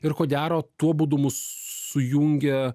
ir ko gero tuo būdu mus sujungia